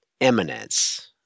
eminence